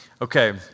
Okay